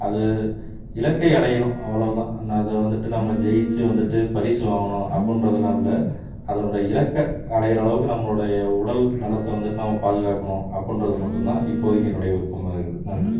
அது இலக்கை அடையணும் அவ்வளவு தான் அது வந்துட்டு நம்ம ஜெயிச்சு வந்துட்டு பரிசு வாங்கணும் அப்பட்ன்றதெல்லாம் இல்லை அதனோடய இலக்கை அடைகிற அளவுக்கு நம்மளுடைய உடல் நலத்தை வந்துட்டு நம்ம பாதுகாக்கணும் அப்பட்ன்றது மட்டும் தான் இப்போதைக்கி என்னுடைய விருப்பமாக இருக்குது நன்றி